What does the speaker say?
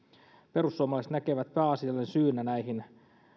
perussuomalaiset näkevät pääasiallisena syynä näihin